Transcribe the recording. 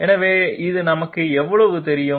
எனவே இது நமக்கு எவ்வளவு தெரியும்